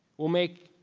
will make